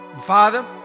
Father